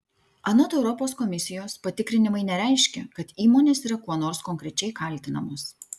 anot europos komisijos patikrinimai nereiškia kad įmonės yra kuo nors konkrečiai kaltinamos